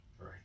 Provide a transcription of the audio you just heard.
Right